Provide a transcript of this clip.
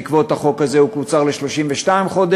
בעקבות החוק הזה הוא קוצר ל-32 חודש,